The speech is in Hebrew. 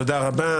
תודה רבה.